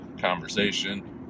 conversation